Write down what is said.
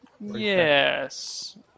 Yes